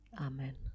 Amen